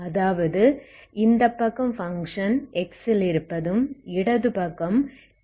அதாவது இந்த பக்கம் பங்க்ஷன் x ல் இருப்பதும் இடது பக்கம் t பங்க்ஷனுமாக இருக்க வேண்டும்